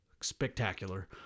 spectacular